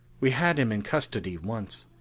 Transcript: we had him in custody once.